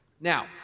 Now